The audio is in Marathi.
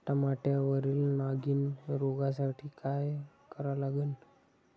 टमाट्यावरील नागीण रोगसाठी काय करा लागन?